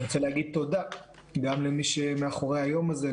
אני רוצה להגיד תודה גם למי שמאחורי היום הזה,